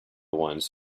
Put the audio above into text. ones